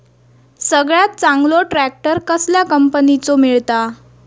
सगळ्यात चांगलो ट्रॅक्टर कसल्या कंपनीचो मिळता?